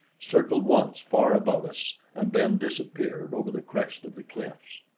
circled once far above us and then disappeared over the crest of the cliffs.